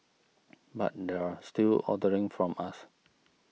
but they're still ordering from us